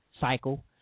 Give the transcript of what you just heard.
cycle